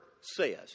says